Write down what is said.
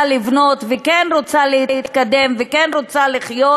לבנות וכן רוצה להתקדם וכן רוצה לחיות,